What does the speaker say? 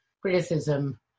criticism